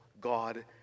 God